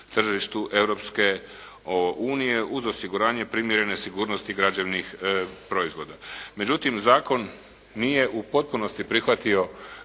tržištu Europske unije uz osiguranje primjerene sigurnosti građevnih proizvoda. Međutim zakon nije u potpunosti prihvatio